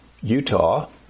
Utah